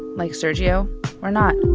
like sergiusz, were not.